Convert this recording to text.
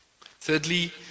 Thirdly